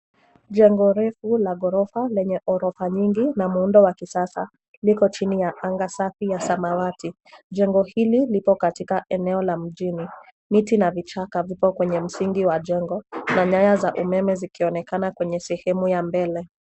Jengo refu la ghorofa lenye gorofa nyingi na muundo wa kisasa liko chini ya anga safi ya samawati. Jengo hili lipo katika eneo la mjini. Miti na vichaka viko kwenye msingi wa jengo na nyaya za umeme zikionekana kwenye sehemu ya mbele.